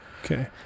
okay